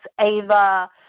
Ava